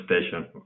station